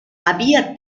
había